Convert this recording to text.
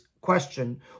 question